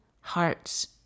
heart's